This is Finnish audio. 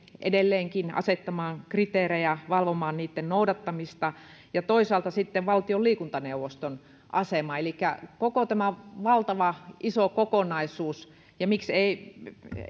edelleenkin asettamaan kriteerejä valvomaan niitten noudattamista ja toisaalta sitten valtion liikuntaneuvoston asemasta elikkä koko tämä valtava iso kokonaisuus ja miksi ei